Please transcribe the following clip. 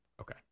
okay